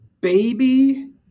baby